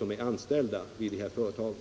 de anställda vid företagen.